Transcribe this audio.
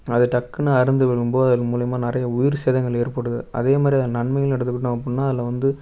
அது டக்குன்னு அறுந்து விழும்போது அதுமூலியமாக நிறைய உயிர் சேதங்கள் ஏற்படுது அதேமாதிரி அது நன்மைகள் எடுத்துக்கிட்டோம் அப்படின்னா அதில் வந்து